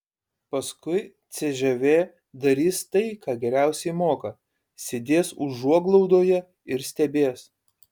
paskui cžv darys tai ką geriausiai moka sėdės užuoglaudoje ir stebės